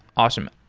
awesome.